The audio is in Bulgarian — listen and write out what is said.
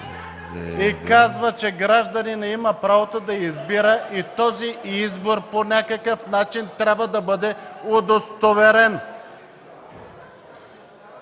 и казва, че гражданинът има правото да избира и този избор по някакъв начин трябва да бъде удостоверен.